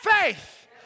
faith